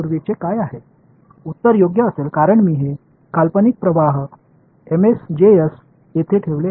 பதில் ஆம் என்று இருக்கப் போகிறது ஏனெனில் இந்த கற்பனையான மின்னோட்டத்தை இங்கே செய்துள்ளேன்